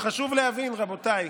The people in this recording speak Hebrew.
חשוב להבין, רבותיי: